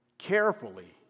Carefully